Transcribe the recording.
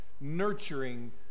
nurturing